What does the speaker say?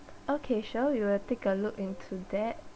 okay sure we will take a look into that